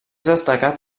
destacat